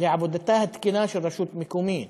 לעבודתה התקינה של רשות מקומית